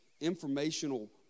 Informational